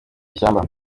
ishyamba